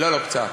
לא, לא, קצת.